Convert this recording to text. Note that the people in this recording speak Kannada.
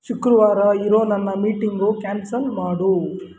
ಶುಕ್ರವಾರ ಇರೊ ನನ್ನ ಮೀಟಿಂಗು ಕ್ಯಾನ್ಸಲ್ ಮಾಡು